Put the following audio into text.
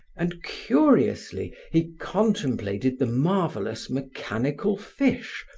and curiously he contemplated the marvelous, mechanical fish,